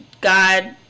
God